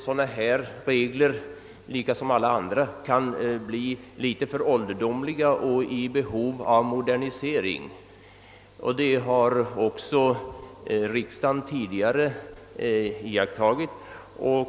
Sådana regler kan naturligtvis bli väl ålderdomliga och i behov av modernisering. Det har också riksdagen tidigare uppmärksammat.